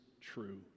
true